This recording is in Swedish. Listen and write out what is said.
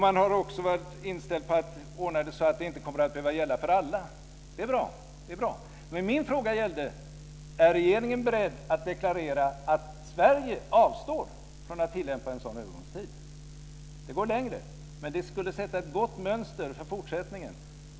Man har också varit inställd på att ordna det så att det inte kommer att behöva gälla för alla. Det är bra. Men min fråga gällde om regeringen är beredd att deklarera att Sverige avstår från att tillämpa en sådan övergångstid. Det går längre, men det skulle vara ett gott mönster för fortsättningen.